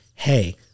hey